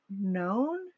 known